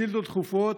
לשאילתות דחופות,